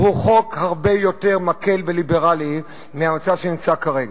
הוא חוק הרבה יותר מקל וליברלי מהמצב שקיים כרגע.